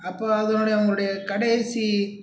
அப்போது அதனுடைய அவர்களுடைய கடைசி